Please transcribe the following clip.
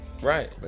Right